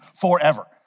forever